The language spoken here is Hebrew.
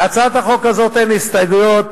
להצעת החוק הזאת אין הסתייגויות,